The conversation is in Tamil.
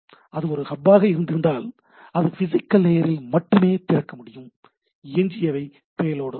அது ஒரு ஹப் ஆக இருந்திருந்தால் அது பிசிகல் லேயரில் மட்டுமே திறந்திருக்க முடியும் எஞ்சியவை பேலோடு ஆகும்